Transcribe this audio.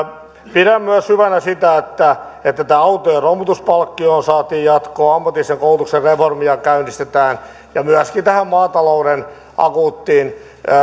pidän hyvänä myös sitä että tähän autojen romutuspalkkioon saatiin jatkoa ammatillisen koulutuksen reformia käynnistetään ja myöskin saatiin apua tähän maatalouden akuuttiin